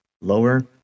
lower